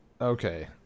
Okay